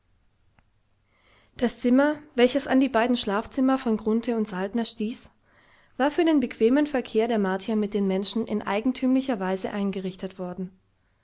das zimmer welches an die beiden schlafzimmer von grunthe und saltner stieß war für den bequemen verkehr der martier mit den menschen in eigentümlicher weise eingerichtet worden